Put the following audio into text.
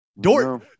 Dort